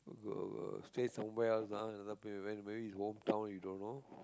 stay somewhere else ah another place went maybe is wrong town you don't know